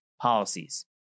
policies